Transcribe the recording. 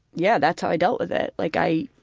yeah, that's how i dealt with it, like i,